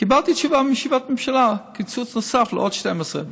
וקיבלתי תשובה מישיבת ממשלה: קיצוץ נוסף של עוד 12,